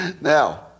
Now